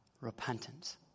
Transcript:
repentance